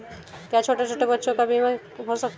क्या छोटे छोटे बच्चों का भी बीमा हो सकता है?